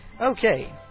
Okay